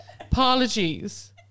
Apologies